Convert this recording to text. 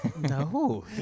No